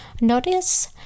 notice